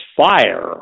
fire